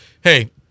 hey –